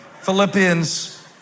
Philippians